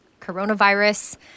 coronavirus